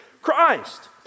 Christ